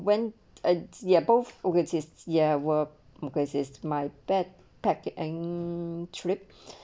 when a they are both with is ya were because it's my backpack any trip